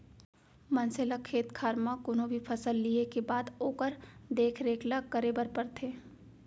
मनसे ल खेत खार म कोनो भी फसल लिये के बाद ओकर देख रेख ल करे बर परथे